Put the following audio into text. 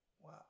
Wow